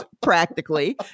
practically